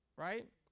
Right